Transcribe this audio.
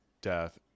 death